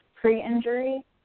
pre-injury